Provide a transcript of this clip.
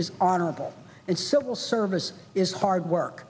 is honorable and civil service is hard work